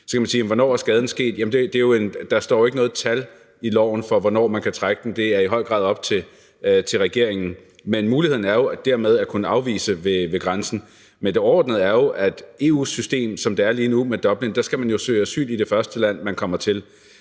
Så kan man spørge om, hvornår skaden er sket. Der er jo ikke noget tal i loven for, hvornår man kan trække i nødbremsen. Det er i høj grad op til regeringen. Men muligheden er der jo dermed for at kunne afvise ved grænsen. Det overordnede er jo, at med det EU-system, der er lige nu med Dublinforordningen, skal man søge om asyl i det første land, man kommer til.